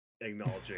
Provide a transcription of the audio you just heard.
acknowledging